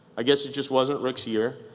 i guess, it just wasn't rick's year.